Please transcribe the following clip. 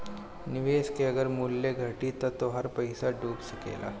निवेश के अगर मूल्य घटी त तोहार पईसा डूब सकेला